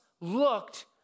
looked